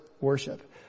worship